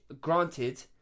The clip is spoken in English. granted